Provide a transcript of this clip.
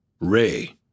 Ray